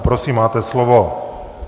Prosím, máte slovo.